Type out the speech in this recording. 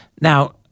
Now